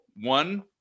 one